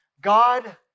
God